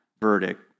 verdict